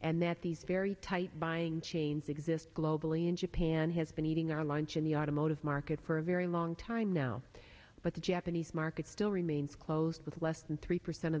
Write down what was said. and that these very tight buying chains exist globally in japan has been eating our lunch in the automotive market for a very long time now but the japanese market still remains closed with less than three percent of the